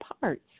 parts